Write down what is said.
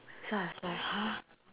so I was like !huh!